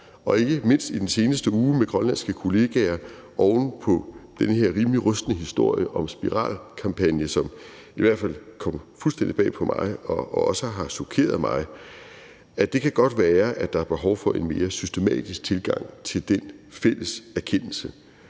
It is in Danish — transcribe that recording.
år, ikke mindst i den seneste uge med grønlandske kollegaer oven på den her rimelig rystende historie om spiralkampagnen, som i hvert fald kom fuldstændig bag på mig og også har chokeret mig, er jeg også blevet ret overbevist om, at det godt kan være, at der er behov for en mere systematisk tilgang til den fælles erkendelse.